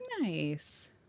nice